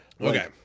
okay